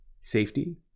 safety